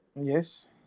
Yes